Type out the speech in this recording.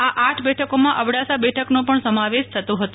આ આઠ બેઠકોમાં બડાસા બેઠકનો પણ સમાવેશ થતો હતો